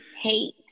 hate